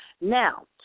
now